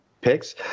picks